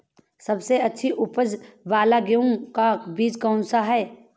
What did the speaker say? सबसे अच्छी उपज वाला गेहूँ का बीज कौन सा है?